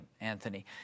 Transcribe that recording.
Anthony